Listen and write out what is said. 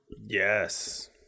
Yes